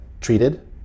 treated